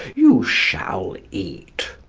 you shall eat.